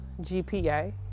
GPA